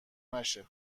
نشه